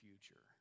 future